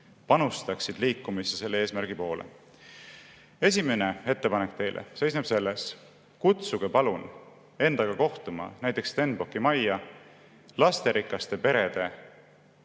panustaksid liikumisse selle eesmärgi poole. Esimene ettepanek teile seisneb selles: kutsuge palun endaga kohtuma näiteks Stenbocki majja lasterikaste perede